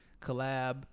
collab